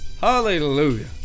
hallelujah